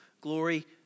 glory